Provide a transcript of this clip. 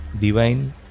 divine